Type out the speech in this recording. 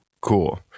cool